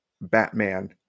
Batman